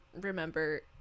remember